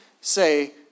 say